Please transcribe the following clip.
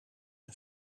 een